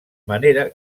manera